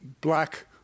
black